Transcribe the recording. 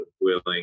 willing